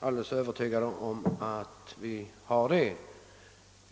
helt övertygad om att så är fallet.